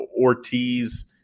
Ortiz